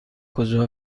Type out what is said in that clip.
کجا